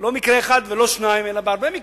לא במקרה אחד ולא בשניים, אלא בהרבה מקרים,